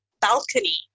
balcony